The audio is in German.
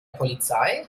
polizei